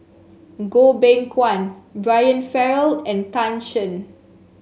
Goh Beng Kwan Brian Farrell and Tan Shen